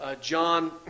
John